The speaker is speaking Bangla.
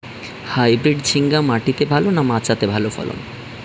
হাইব্রিড ঝিঙ্গা মাটিতে ভালো না মাচাতে ভালো ফলন?